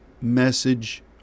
message